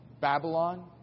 Babylon